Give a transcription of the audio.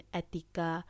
etika